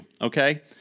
okay